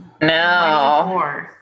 No